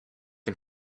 and